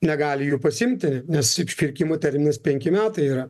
negali jų pasiimti nes išpirkimo terminas penki metai yra